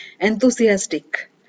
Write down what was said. enthusiastic